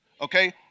okay